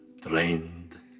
Drained